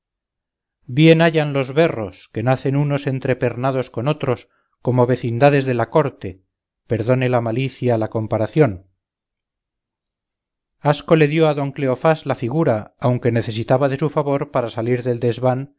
bien hayan los berros que nacen unos entrepernados con otros como vecindades de la corte perdone la malicia la comparación asco le dió a don cleofás la figura aunque necesitaba de su favor para salir del desván